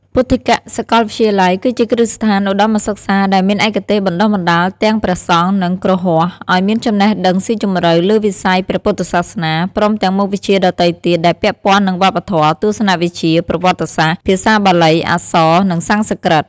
ពុទ្ធិកសាកលវិទ្យាល័យ គឺជាគ្រឹះស្ថានឧត្តមសិក្សាដែលមានឯកទេសបណ្តុះបណ្តាលទាំងព្រះសង្ឃ និងគ្រហស្ថ ឱ្យមានចំណេះដឹងស៊ីជម្រៅលើវិស័យព្រះពុទ្ធសាសនា ព្រមទាំងមុខវិជ្ជាដទៃទៀតដែលពាក់ព័ន្ធនឹងវប្បធម៌ ទស្សនវិជ្ជា ប្រវត្តិសាស្ត្រ ភាសាបាលី អក្សរ និងសំស្ក្រឹត។